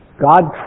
God